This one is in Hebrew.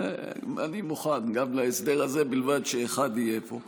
אני מוכן גם להסדר הזה, ובלבד שאחד יהיה פה.